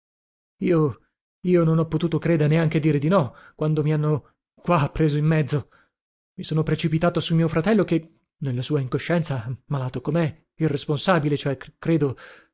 io io non ho potuto creda neanche dire di no quando mi hanno qua preso in mezzo i son precipitato su mio fratello che nella sua incoscienza malato comè irresponsabile cioè credo